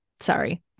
Sorry